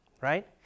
right